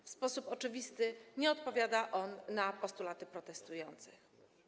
W sposób oczywisty nie odpowiada on na postulaty protestujących.